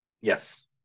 Yes